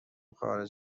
خارج